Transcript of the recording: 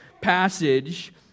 passage